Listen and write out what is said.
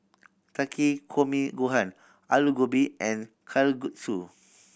Takikomi Gohan Alu Gobi and Kalguksu